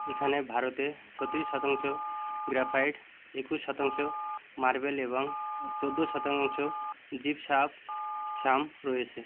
এখানে ভারতের ছত্রিশ শতাংশ গ্রাফাইট একুশ শতাংশ মার্বেল এবাং চোদ্দ শতাংশ জিপসাম ছাম রয়েছে